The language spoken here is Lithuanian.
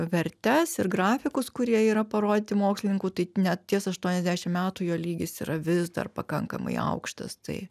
vertes ir grafikus kurie yra parodyti mokslininkų tai net ties aštuoniasdešim metų jo lygis yra vis dar pakankamai aukštas tai